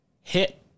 hit